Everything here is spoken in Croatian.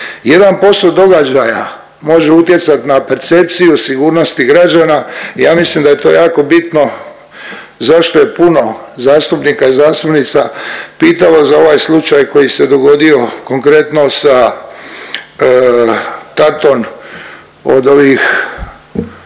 1% događaja može utjecat na percepciju sigurnosti građana i ja mislim da je to jako bitno zašto je puno zastupnika i zastupnica pitalo za ovaj slučaj koji se dogodio konkretno sa tatom od ovih